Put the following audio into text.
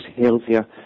healthier